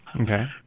Okay